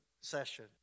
session